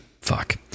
fuck